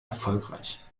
erfolgreich